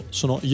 sono